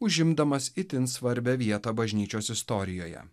užimdamas itin svarbią vietą bažnyčios istorijoje